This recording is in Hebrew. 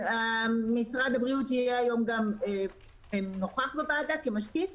משרד הבריאות יהיה היום גם נוכח בוועדה כמשקיף.